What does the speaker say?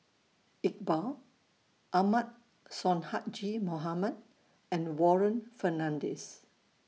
Iqbal Ahmad Sonhadji Mohamad and Warren Fernandez